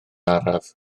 araf